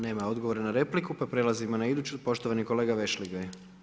Nema odgovora na repliku pa prelazimo na iduću, poštovani kolega Vešligaj.